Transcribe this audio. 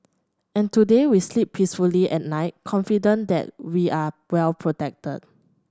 and today we sleep peacefully at night confident that we are well protected